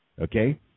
okay